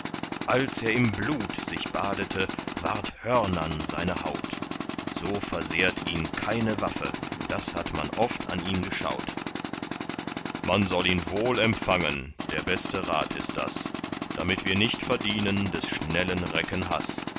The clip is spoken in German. als er im blut sich badete ward hörnern seine haut so versehrt ihn keine waffe das hat man oft an ihm geschaut man soll ihn wohl empfangen der beste rat ist das damit wir nicht verdienen des schnellen recken haß